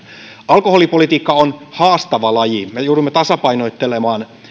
alkoholipolitiikka on haastava laji me joudumme tasapainottelemaan